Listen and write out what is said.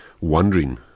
wondering